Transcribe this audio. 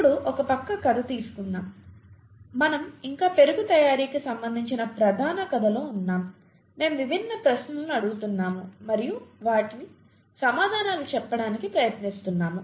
ఇప్పుడు ఒక పక్క కథ తీసుకుందాం మనము ఇంకా పెరుగు తయారీకి సంబంధించిన ప్రధాన కథలో ఉన్నాము మేము విభిన్న ప్రశ్నలు అడుగుతున్నాము మరియు వాటికి సమాధానాలు చెప్పడానికి ప్రయత్నిస్తున్నాము